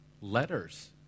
letters